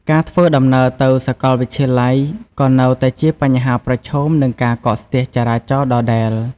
ការធ្វើដំណើរទៅសាកលវិទ្យាល័យក៏នៅតែជាបញ្ហាប្រឈមនឹងការកកស្ទះចរាចរណ៍ដដែល។